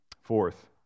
Fourth